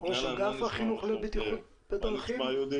יושב אתנו ראש אגף החינוך לבטיחות בדרכים